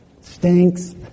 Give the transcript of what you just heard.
stinks